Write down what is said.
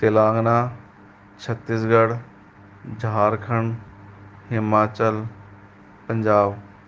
Telangana Chhattisgarh Jharkhand Himachal Punjab